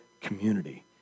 community